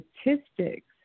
statistics